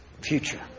future